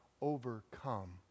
overcome